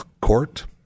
Court